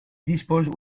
disposent